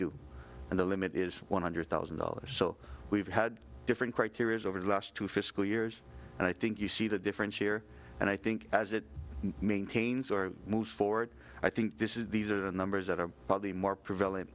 do and the limit is one hundred thousand dollars so we've had different criteria over the last two fiscal years and i think you see the difference here and i think as it maintains or moves forward i think this is these are the numbers that are probably more prevailing